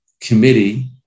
committee